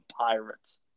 Pirates